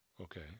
Okay